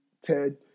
Ted